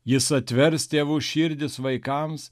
jis atvers tėvų širdis vaikams